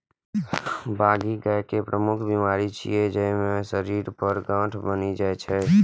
बाघी गाय के प्रमुख बीमारी छियै, जइमे शरीर पर गांठ बनि जाइ छै